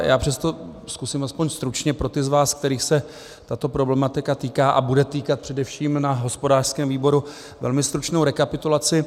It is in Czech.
Já přesto zkusím aspoň stručně pro ty z vás, kterých se tato problematika týká a bude týkat především na hospodářském výboru, velmi stručnou rekapitulaci.